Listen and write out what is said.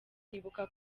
nkibuka